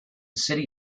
city